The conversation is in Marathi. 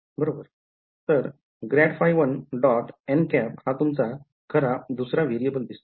तर grad phi 1 dot n hat हा तुमचा खरा दुसरा वेरिएबल दिसतो